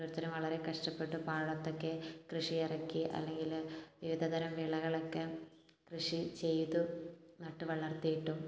ഓരോരുത്തരും വളരെ കഷ്ടപ്പെട്ട് പാടത്തൊക്കെ കൃഷി ഇറക്കി അല്ലെങ്കിൽ വിവിധ തരം വിളകളെക്കെ കൃഷി ചെയ്തു നട്ട് വളർത്തിയിട്ടും